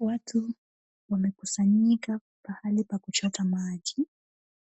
Watu wamekusanyika pahali pa kuchota maji.